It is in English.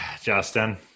Justin